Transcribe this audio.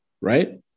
Right